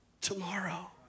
tomorrow